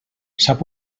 sap